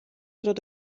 troch